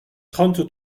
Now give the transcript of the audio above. trente